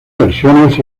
versiones